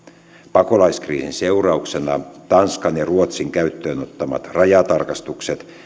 pakolaiskriisin seurauksena tanskan ja ruotsin käyttöönottamat rajatarkastukset